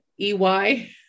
E-Y